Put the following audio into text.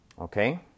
Okay